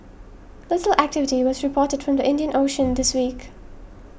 little activity was reported from the Indian Ocean this week